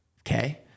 okay